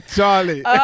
Charlie